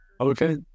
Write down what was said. Okay